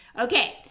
Okay